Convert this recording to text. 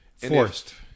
forced